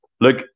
look